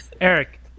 Eric